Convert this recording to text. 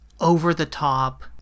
over-the-top